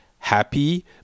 Happy